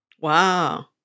Wow